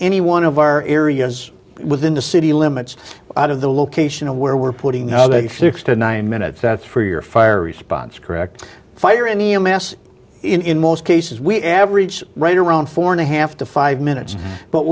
any one of our areas within the city limits out of the location of where we're putting six to nine minutes that's for your fire response correct fire any a mass in most cases we average right around four and a half to five minutes but